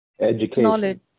Education